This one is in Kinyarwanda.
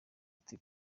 ati